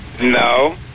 No